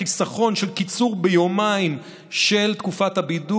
החיסכון של קיצור ביומיים של תקופת הבידוד